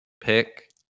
pick